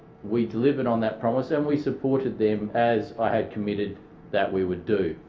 we delivered on that promise and we supported them as i had committed that we would do.